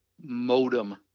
Modem